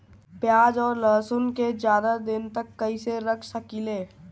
प्याज और लहसुन के ज्यादा दिन तक कइसे रख सकिले?